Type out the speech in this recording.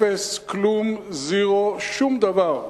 אפס, כלום, זירו, שום דבר.